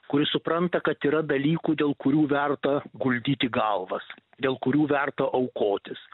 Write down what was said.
kuris supranta kad yra dalykų dėl kurių verta guldyti galvas dėl kurių verta aukotis